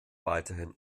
weiterhin